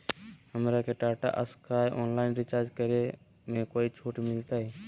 हमरा के Tata Sky online recharge करे में कोई छूट मिलतई